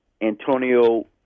Antonio